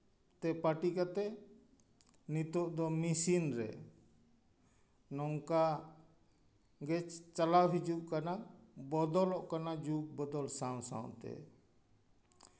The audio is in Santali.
ᱛᱮ ᱯᱟᱨᱴᱤ ᱠᱟᱛᱮ ᱱᱤᱛᱚᱜ ᱫᱚ ᱢᱮᱥᱤᱱ ᱨᱮ ᱜᱮ ᱪᱟᱞᱟᱣ ᱦᱤᱡᱩᱜ ᱠᱟᱱᱟ ᱵᱚᱫᱚᱞᱚᱜ ᱠᱟᱱᱟ ᱡᱩᱜᱽ ᱵᱚᱫᱚᱞ ᱥᱟᱶ ᱥᱟᱶᱛᱮ